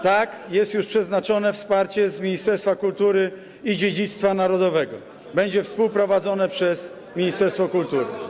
tak, jest już przeznaczone wsparcie z Ministerstwa Kultury i Dziedzictwa Narodowego, będzie współprowadzone przez ministerstwo kultury.